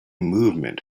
movement